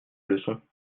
leçon